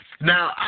Now